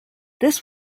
this